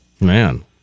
Man